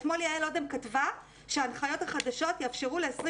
אתמול יעל אודם כתבה שההנחיות החדשות יאפשרו ל-20